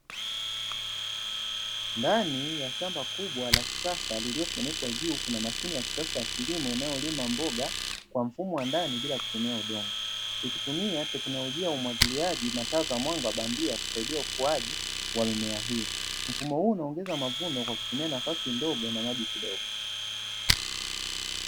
Ndani ya shamba kubwa la kisasa lililofunikwa juu, kuna mashine ya kisasa inayolima mboga kwa mfumo wa ndani bila kutumia udongo. Ikitumika teknolojia ya umwagiliaji na taa za mwanga bandia, kusaidia ukuaji wa mimea hii. Mfumo huu unaongeza mavuno kwa kutumia nafasi ndogo na maji kidogo.